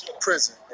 prison